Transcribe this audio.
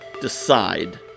decide